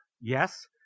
Yes